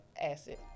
acid